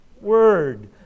word